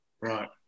Right